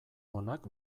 onak